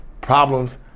problems